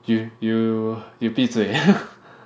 you you you 闭嘴